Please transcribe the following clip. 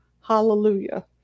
hallelujah